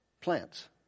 Plants